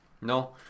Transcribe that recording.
No